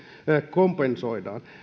kompensoidaan